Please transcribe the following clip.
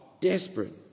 desperate